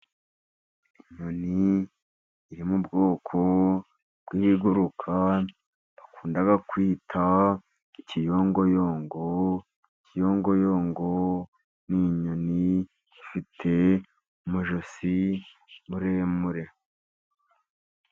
Inyoni iri mu bwoko bw'ibiguruka bakunda kwita ikiyongoyongo, ikiyoyongo ni inyoni ifite umujosi muremure.